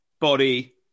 body